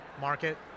market